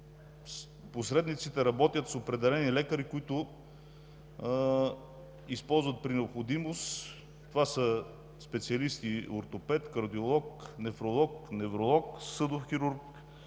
посредниците работят с определени лекари, които при необходимост използват специалисти: ортопед, кардиолог, нефролог, невролог, съдов хирург,